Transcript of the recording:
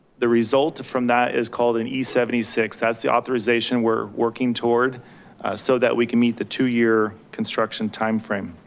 the result from that is called an e seventy six. that's the authorization we're working toward so that we can meet the two year construction timeframe.